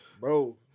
bro